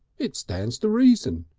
it stands to reason.